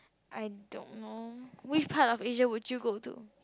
I don't know which part of Asia would you go to